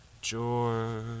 George